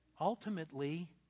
ultimately